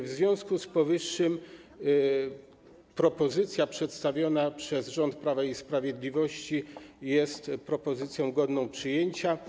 W związku z powyższym propozycja przedstawiona przez rząd Prawa i Sprawiedliwości jest propozycją godną przyjęcia.